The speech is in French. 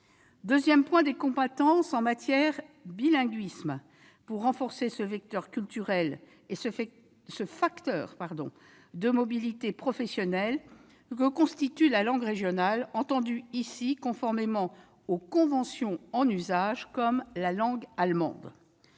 deuxième lieu, des compétences en matière de bilinguisme afin de renforcer ce vecteur culturel et ce facteur de mobilité professionnelle que constitue la langue régionale, entendue ici, conformément aux conventions en usage, comme la langue allemande.